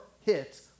hits